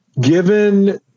given